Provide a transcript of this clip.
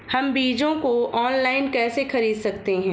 हम बीजों को ऑनलाइन कैसे खरीद सकते हैं?